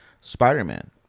Spider-Man